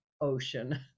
ocean